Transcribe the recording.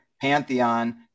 pantheon